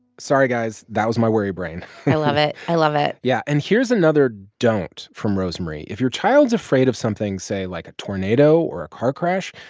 sorry, guys that was my worry brain i love it. i love it yeah. and here's another don't from rosemarie. if your child's afraid of something, say, like a tornado or a car crash,